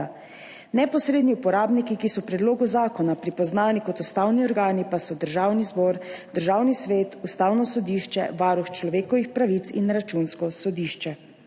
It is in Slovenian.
Neposredni uporabniki, ki so v predlogu zakona pripoznani kot ustavni organi, pa so Državni zbor, Državni svet, Ustavno sodišče, Varuh človekovih pravic in Računsko sodišče.